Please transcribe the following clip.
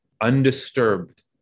undisturbed